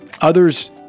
others